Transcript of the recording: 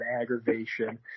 aggravation